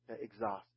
Exhausted